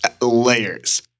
layers